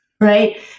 right